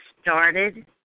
started